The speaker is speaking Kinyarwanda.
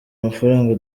amafaranga